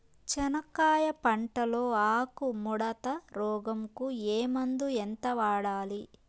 చెనక్కాయ పంట లో ఆకు ముడత రోగం కు ఏ మందు ఎంత వాడాలి?